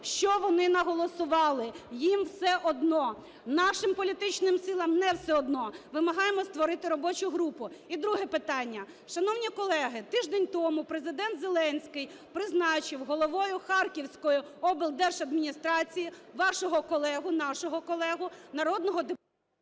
що вони наголосували, їм все одно. Нашим політичним силам не все одно. Вимагаємо створити робочу групу. І друге питання. Шановні колеги, тиждень тому Президент Зеленський призначив головою Харківської облдержадміністрації вашого колегу, нашого колегу, народного депутата…